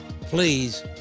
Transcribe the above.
Please